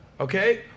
Okay